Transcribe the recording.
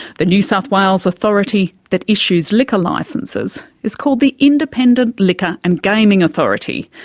the new south wales authority that issues liquor licences is called the independent liquor and gaming authority.